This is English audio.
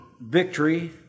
victory